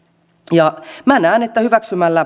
minä näen että hyväksymällä